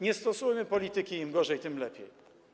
Nie stosujmy polityki: im gorzej, tym lepiej.